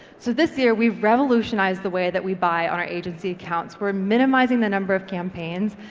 so this year we've revolutionised the way that we buy on our agency accounts, we're minimising the number of campaigns,